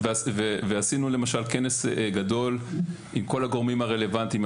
עשינו למשל כנס גדול עם כל הגורמים הרלוונטיים,